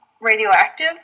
radioactive